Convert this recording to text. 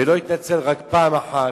ולא רק פעם אחת,